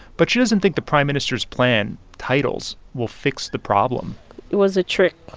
but she doesn't think the prime minister's plan titles will fix the problem it was a trick.